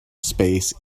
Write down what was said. space